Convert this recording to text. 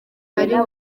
ariwe